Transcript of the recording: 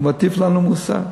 הוא מטיף לנו מוסר.